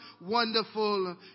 Wonderful